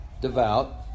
devout